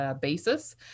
basis